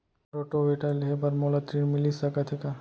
Rotavator लेहे बर मोला ऋण मिलिस सकत हे का?